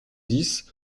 dix